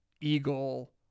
eagle